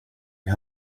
det